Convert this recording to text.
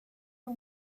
are